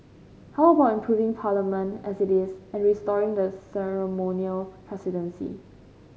how about improving Parliament as it is and restoring the ceremonial presidency